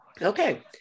Okay